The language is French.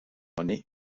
monnaie